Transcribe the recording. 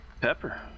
Pepper